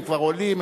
הם כבר עולים.